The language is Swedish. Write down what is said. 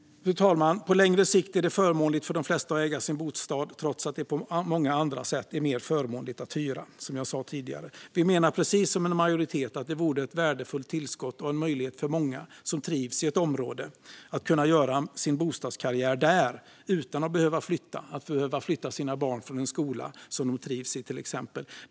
Fru talman! På längre sikt är det för de flesta förmånligt att äga sin bostad, trots att det på många andra sätt är mer förmånligt att hyra. Vi menar, precis som en majoritet här, att det vore ett värdefullt tillskott och en möjlighet för många som trivs i ett område att kunna göra sin bostadskarriär där utan att till exempel behöva flytta barnen från en skola de trivs i.